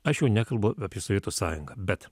aš jau nekalbu apie sovietų sąjungą bet